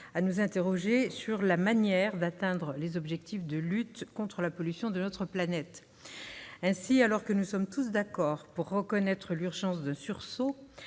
à nous interroger sur la manière d'atteindre les objectifs de lutte contre la pollution de notre planète. Ainsi, alors que nous sommes tous d'accord pour reconnaître l'urgence d'un sursaut,